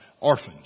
orphans